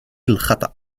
الخطأ